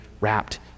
wrapped